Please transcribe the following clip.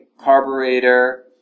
carburetor